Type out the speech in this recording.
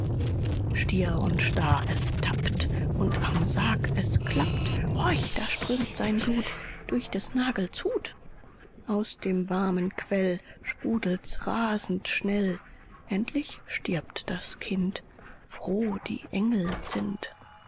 stier und starr es tappt und am sarg es klappt horch da strömt sein blut durch des nagels hut aus dem warmen quell sprudelt's rasend schnell endlich stirbt das kind froh die engel sind